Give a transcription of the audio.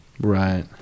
Right